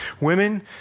women